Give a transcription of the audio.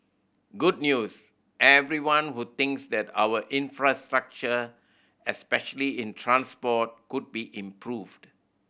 good news everyone who thinks that our infrastructure especially in transport could be improved